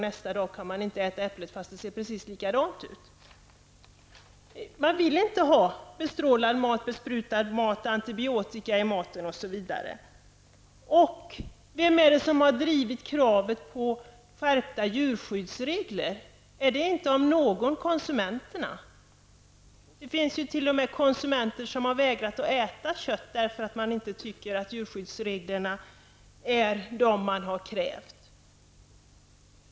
Nästa dag kan man inte äta det, fastän det ser precis likadant ut. Konsumenterna vill inte ha bestrålad mat, besprutad mat, antibiotika i maten osv. Vilka är de som har drivit kravet på skärpta djurskyddsregler? Är det inte om några konsumenterna? Det finns ju t.o.m. konsumenter som har vägrat äta kött, därför att de inte tycker att djurskyddsreglerna är sådana som de har krävt.